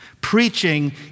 Preaching